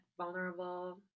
vulnerable